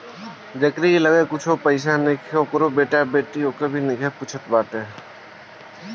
जेकरी लगे कुछु पईसा नईखे ओकर बेटा बेटी भी ओके नाही पूछत बाटे